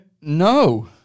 no